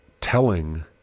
telling